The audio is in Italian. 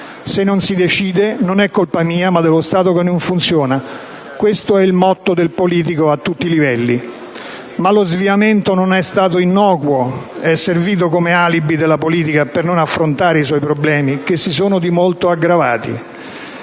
Se non si decide, non è colpa mia, ma dello Stato che non funziona: questo è il motto del politico, a tutti i livelli. Lo sviamento, però, non è stato innocuo: è servito come alibi alla politica per non affrontare i suoi problemi, che si sono di molto aggravati.